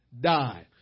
die